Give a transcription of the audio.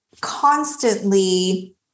constantly